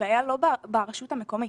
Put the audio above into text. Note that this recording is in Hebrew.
הבעיה לא ברשות המקומית,